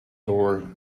door